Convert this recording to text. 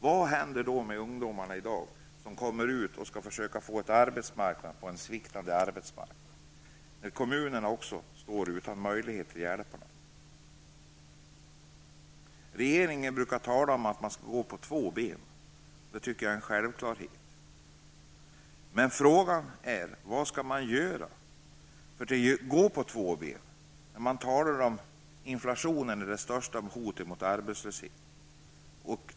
Vad händer med de ungdomar som kommer ut och skall försöka få ett arbete på en sviktande arbetsmarknad, när också kommunerna står utan möjlighet att hjälpa dem? Regeringen brukar tala om att man skall gå på två ben. Det tycker jag är en självklarhet. Men frågan är vad man skall göra för att gå på två ben. Man talar om att inflationen utgör det största hotet om arbetslöshet.